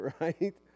Right